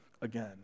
again